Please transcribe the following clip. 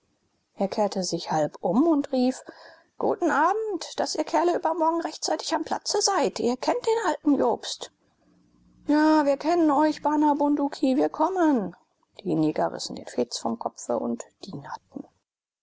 er kehrte sich halb um und rief guten abend daß ihr kerle übermorgen rechtzeitig am platze seid ihr kennt den alten jobst ja wir kennen euch bana bunduki wir kommen die neger rissen den fez vom kopfe und